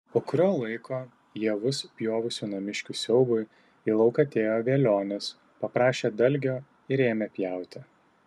po kurio laiko javus pjovusių namiškių siaubui į lauką atėjo velionis paprašė dalgio ir ėmė pjauti